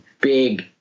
big